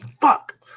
Fuck